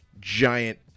giant